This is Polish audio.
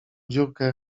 dziurkę